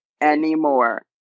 anymore